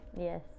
yes